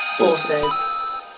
Authors